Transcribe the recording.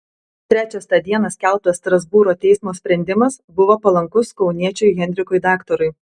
trečias tą dieną skelbtas strasbūro teismo sprendimas buvo palankus kauniečiui henrikui daktarui